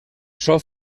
sol